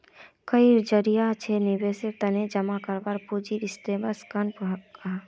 कई जरिया से निवेशेर तने जमा कराल पूंजीक इन्वेस्टमेंट फण्ड कहाल जाहां